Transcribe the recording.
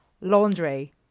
laundry